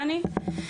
דני.